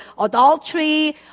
adultery